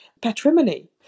patrimony